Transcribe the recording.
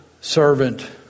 servant